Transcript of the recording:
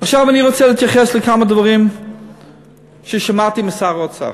עכשיו אני רוצה להתייחס לכמה דברים ששמעתי משר האוצר.